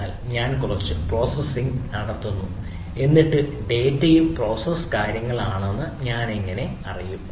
അതിനാൽ ഞാൻ കുറച്ച് പ്രോസസ്സിംഗ് നടത്തുന്നു എന്നിട്ട് ഡാറ്റയും പ്രോസസ്സുംകാര്യങ്ങളാണെന്ന് ഞാൻ എങ്ങനെ അറിയും